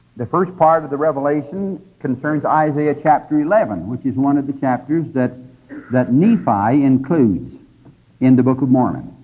the first part of the revelation concerns isaiah, chapter eleven, which is one of the chapters that that nephi includes in the book of mormon,